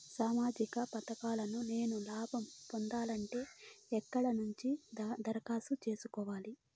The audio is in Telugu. సామాజిక పథకాలను నేను లాభం పొందాలంటే ఎక్కడ నుంచి దరఖాస్తు సేసుకోవాలి?